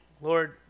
Lord